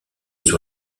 sur